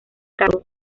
casó